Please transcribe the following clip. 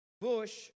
bush